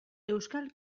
euskal